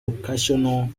occasional